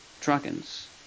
dragons